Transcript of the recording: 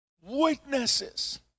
Witnesses